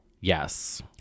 Yes